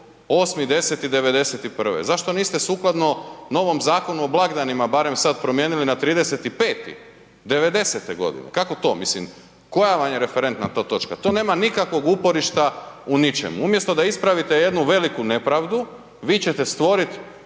8.10.'91. Zašto niste sukladno novom Zakonu o blagdanima barem sada promijenili na 30.5.'90.-te godine? Kako to mislim? Koja vam je to referentna to točka? To nema nikakvog uporišta u ničemu. Umjesto da ispravite jednu veliku nepravdu vi ćete stvoriti